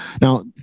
Now